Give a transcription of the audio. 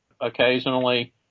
occasionally